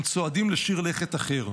הם צועדים לשיר לכת אחר.